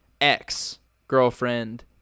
ex-girlfriend